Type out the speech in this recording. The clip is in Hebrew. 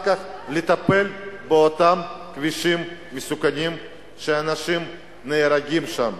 כך לטפל באותם כבישים מסוכנים שאנשים נהרגים שם.